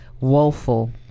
woeful